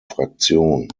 fraktion